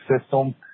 system